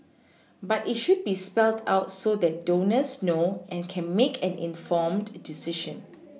but it should be spelled out so that donors know and can make an informed decision